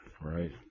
right